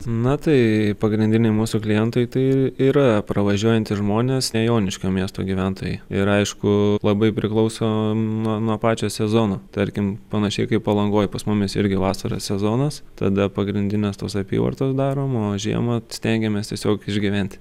na tai pagrindiniai mūsų klientai tai yra pravažiuojantys žmonės ne joniškio miesto gyventojai ir aišku labai priklauso na nuo pačio sezono tarkim panašiai kaip palangoj pas mumis irgi vasarą sezonas tada pagrindinės tos apyvartas darom o žiemą stengiamės tiesiog išgyventi